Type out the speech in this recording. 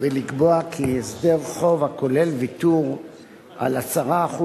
ולקבוע כי הסדר חוב הכולל ויתור על 10%